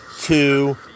two